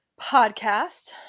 podcast